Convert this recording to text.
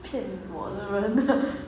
看我的人